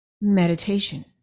Meditation